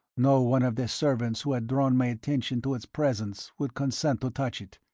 no one of the servants who had drawn my attention to its presence would consent to touch it.